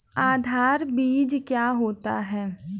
आधार बीज क्या होता है?